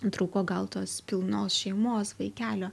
trūko gal tos pilnos šeimos vaikelio